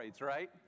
right